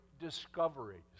discoveries